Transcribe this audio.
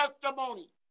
testimony